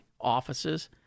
offices